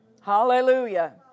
Hallelujah